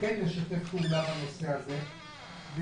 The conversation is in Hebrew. ולשתף פעולה בנושא הזה,